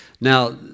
now